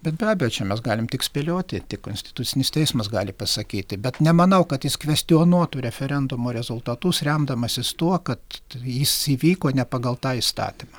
bet be abejo čia mes galim tik spėlioti tik konstitucinis teismas gali pasakyti bet nemanau kad jis kvestionuotų referendumo rezultatus remdamasis tuo kad jis įvyko ne pagal tą įstatymą